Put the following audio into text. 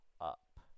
up